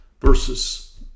versus